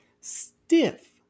stiff